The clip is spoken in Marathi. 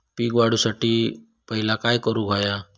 पीक वाढवुसाठी पहिला काय करूक हव्या?